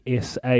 SA